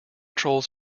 trolls